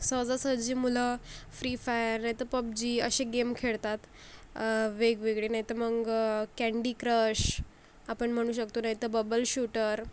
सहजासहजी मुलं free fire नाहीतर पबजी असे गेम खेळतात वेगवेगळे नाही तर मग कँडी क्रश आपण म्हणू शकतो नाहीतर बबल शूटर